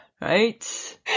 right